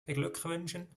beglückwünschen